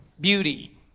beauty